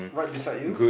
right beside you